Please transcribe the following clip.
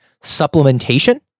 supplementation